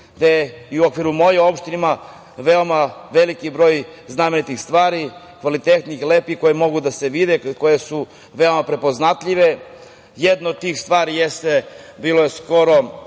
gde u okviru moje opštine ima veliki broj znamenitih stvari, kvalitetnih i lepih, koje mogu da se vide, koje su veoma prepoznatljive. Jedna od tih stvari jeste, bila je skoro